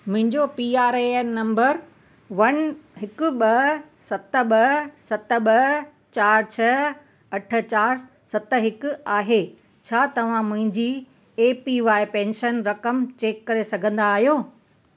मुंहिंजो P R A N number one हिक ॿ सत ॿ सत ॿ चार छह अठ चार सत हिकु आहे छा तव्हां मुंहिंजी ऐ पी वाय पेंशन रक़म चेक करे सघंदा आहियो